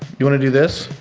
you wanna do this?